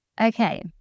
Okay